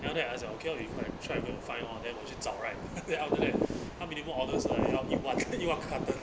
then after that I say okay orh you go and try and go and find orh then 我就找 right then after that 他 minimum order 是要一万 ca~ 一万 carton